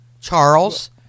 Charles